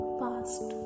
past